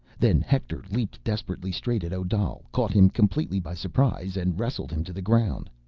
then hector leaped desperately straight at odal, caught him completely by surprise, and wrestled him to the ground.